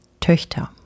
Töchter